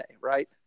right